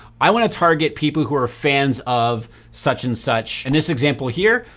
i want to target people who are fans of such and such. and this example here,